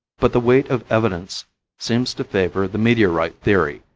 but the weight of evidence seems to favor the meteorite theory,